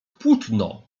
płótno